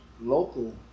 local